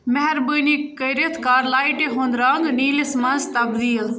مٮ۪ہربٲنی کٔرِتھ کَر لایٹہِ ہُنٛد رنٛگ نیٖلِس منٛز تبدیٖل